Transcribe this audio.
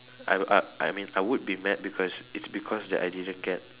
I got I I mean I would be mad because it's because that I didn't get